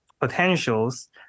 potentials